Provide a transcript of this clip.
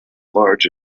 large